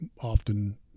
often